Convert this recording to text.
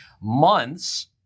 months